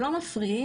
לא מפריעים.